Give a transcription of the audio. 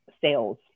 sales